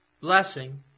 blessing